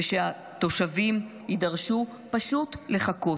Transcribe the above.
ושהתושבים יידרשו פשוט לחכות.